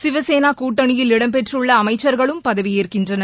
சிவசேனாகூட்டணியில் இடம் பெற்றுள்ளஅமைச்சர்களும் பதவியேற்கின்றனர்